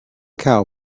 cow